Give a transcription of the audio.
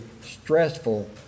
stressful